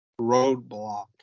Roadblock